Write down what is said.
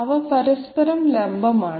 അവ പരസ്പരം ലംബമാണ്